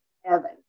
heaven